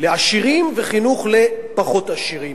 לעשירים וחינוך לפחות עשירים.